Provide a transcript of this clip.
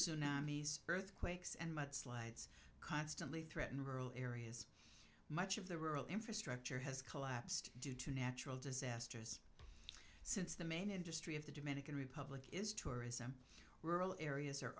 tsunamis earthquakes and mudslides constantly threaten rural areas much of the rural infrastructure has collapsed due to natural disasters since the main industry of the dominican republic is tourism rural areas are